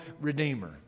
Redeemer